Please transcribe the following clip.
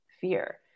fear